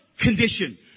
Condition